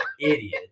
idiot